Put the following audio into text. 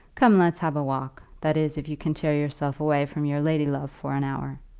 come, let's have a walk that is, if you can tear yourself away from your lady-love for an hour.